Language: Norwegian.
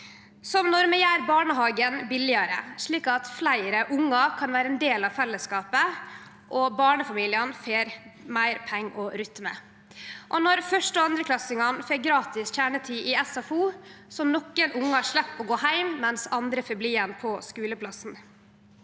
Vi gjer barnehagen billigare, slik at fleire ungar kan vere ein del av fellesskapet, barnefamiliane får meir pengar å rutte med, og første- og andreklassingane får gratis kjernetid i SFO, sånn at nokon ungar slepp å gå heim mens andre får bli igjen på skuleplassen.